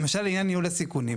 למשל, עניין ניהול הסיכונים.